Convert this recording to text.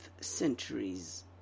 centuries